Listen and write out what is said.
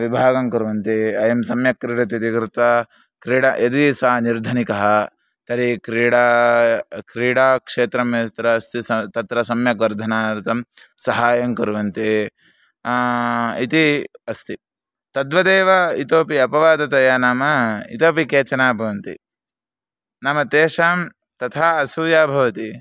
विभागं कुर्वन्ति अयं सम्यक् क्रीडति इति कृत्वा क्रीडा यदि सः निर्धनिकः तर्हि क्रीडा क्रीडाक्षेत्रं यत्र अस्ति स तत्र सम्यक् वर्धनार्थं सहाय्यं कुर्वन्ति इति अस्ति तद्वदेव इतोपि अपवादतया नाम इतोपि केचन भवन्ति नाम तेषां तथा असूया भवति